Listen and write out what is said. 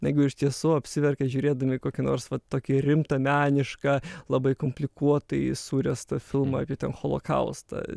negu iš tiesų apsiverkia žiūrėdami kokį nors va tokį rimtą menišką labai komplikuotai suręstą filmą apie holokaustą